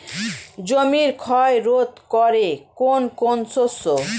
জমির ক্ষয় রোধ করে কোন কোন শস্য?